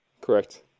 Correct